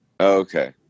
okay